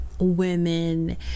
women